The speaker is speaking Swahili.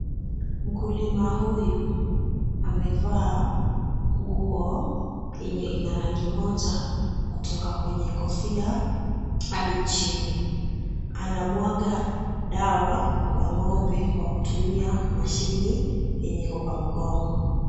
Mkulima huyu amevaa nguo yenye ina rangi moja kutoka kwenye kofia hadi chini, anamwaga dawa kwa ng'ombe kwa kutumia mashini yenye iko kwa mgongo.